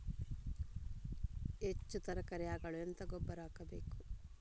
ಹೆಚ್ಚು ತರಕಾರಿ ಆಗಲು ಎಂತ ಗೊಬ್ಬರ ಹಾಕಬೇಕು?